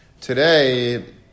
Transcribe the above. Today